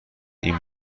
این